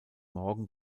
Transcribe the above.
morgen